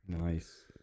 Nice